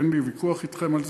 אין לי ויכוח אתכם על זה,